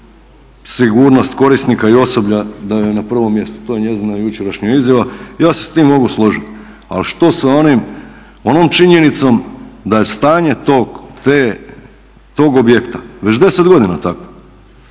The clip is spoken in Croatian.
sigurnost korisnika i osoblja da joj je na prvom mjestu, to je njezina jučerašnja izjava. Ja se s time mogu složiti, ali što sa onom činjenicom da je stanje tog objekta već 10 godina tako?